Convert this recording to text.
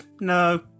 No